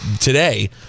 today